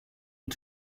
und